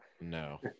No